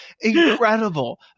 incredible